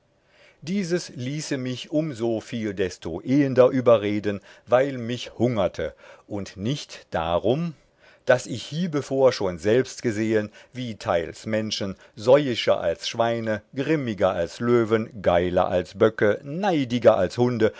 dieses ließe mich um so viel desto ehender überreden weil mich hungerte und nicht darum daß ich hiebevor schon selbst gesehen wie teils menschen säuischer als schweine grimmiger als löwen geiler als böcke neidiger als hunde